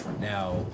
Now